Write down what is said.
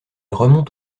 remonte